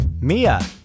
Mia